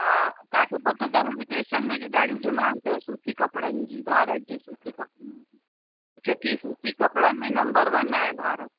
हा तव्हां खे पतो अथव विदेशनि में ॾाढी डिमांड अथव सूती कपिड़नि जी भारत जे सूती कपिड़नि जी क्योंकि सूती कपिड़नि में नंबर वन आहे भारत